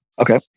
Okay